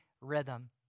rhythm